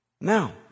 Now